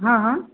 हँ हँ